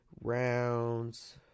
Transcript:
Rounds